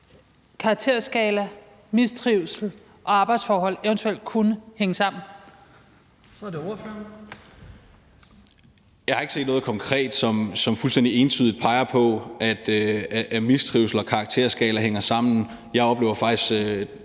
ordføreren. Kl. 18:11 Thomas Skriver Jensen (S): Jeg har ikke set noget konkret, som fuldstændig entydigt peger på, at mistrivsel og karakterskala hænger sammen. Jeg oplever faktisk